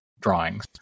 drawings